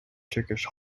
turkish